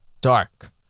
dark